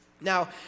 Now